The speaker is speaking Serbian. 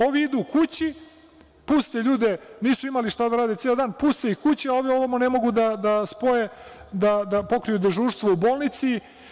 Ovi idu kući, pusti ljude, nisu imali šta da rade ceo dan, puste ih kući, a ovi ovamo ne mogu da spoje, da pokriju dežurstvo u bolnici.